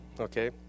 Okay